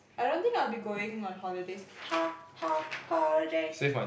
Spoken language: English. I don't think I'll be going on holidays ho~ ho~ holiday